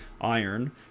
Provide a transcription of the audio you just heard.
iron